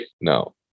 no